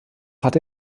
hatte